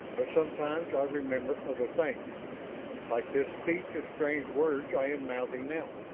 but sometimes i remember other things like this speech of strange words i am mouthing now